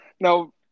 now